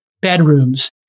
bedrooms